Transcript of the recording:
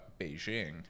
Beijing